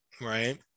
right